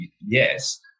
yes